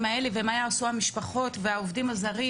האלה ומה יעשו המשפחות והעובדים הזרים,